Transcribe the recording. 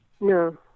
No